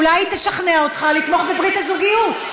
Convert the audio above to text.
אולי היא תשכנע אותך לתמוך בברית הזוגיות.